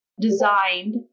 designed